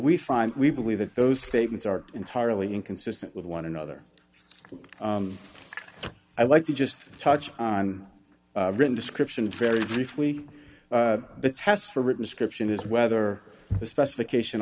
we find we believe that those statements are entirely inconsistent with one another i like to just touch on written descriptions very briefly the test for written description is whether the specification